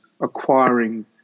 acquiring